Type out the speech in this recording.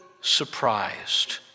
surprised